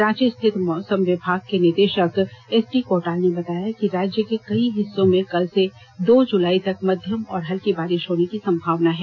रांची स्थित मौसम विभाग के निदेषक एसडी कोटाल ने बताया कि राज्य के कई हिस्सों में कल से दो जुलाई तक मध्यम और हल्की बारिष होने की संभावना है